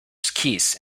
skis